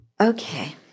Okay